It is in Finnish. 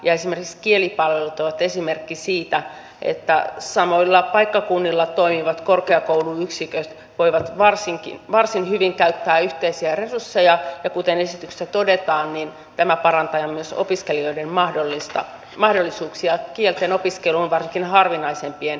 esimerkiksi kielipalvelut ovat esimerkki siitä että samoilla paikkakunnilla toimivat korkeakouluyksiköt voivat varsin hyvin käyttää yhteisiä resursseja ja kuten esityksessä todetaan niin tämä parantaa myös opiskelijoiden mahdollisuuksia kieltenopiskeluun varsinkin harvinaisempien kielten osalta